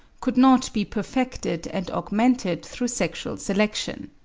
could not be perfected and augmented through sexual selection.